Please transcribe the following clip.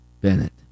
Bennett